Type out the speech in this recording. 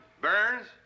Burns